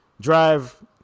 drive